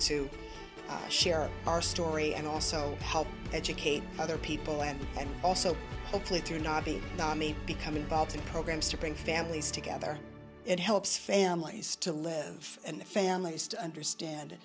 to share our story and also help educate other people and and also hopefully to not be dami become involved in programs to bring families together it helps families to live and families to understand